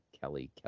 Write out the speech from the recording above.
Kelly